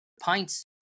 Pints